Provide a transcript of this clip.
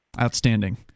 Outstanding